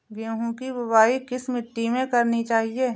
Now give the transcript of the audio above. गेहूँ की बुवाई किस मिट्टी में करनी चाहिए?